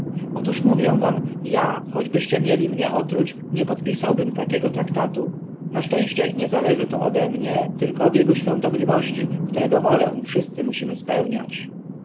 otóż mówię wam ja choćbyście mnie mieli otruć nie podpisałbym takiego traktatu na szczęście nie zależy to ode mnie tylko od jego świątobliwości którego wolę wszyscy musimy spełniać